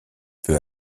peu